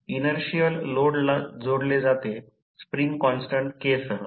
या हेतुपुरस्सर मी ही समस्या घेतली आहे प्रवाह 106 एम्पीयर येतो